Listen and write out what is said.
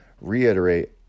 reiterate